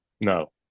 No